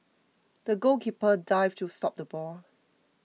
the goalkeeper dived to stop the ball